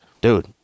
dude